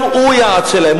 גם הוא יעד שלהם.